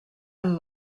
amb